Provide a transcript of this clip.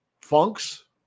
funks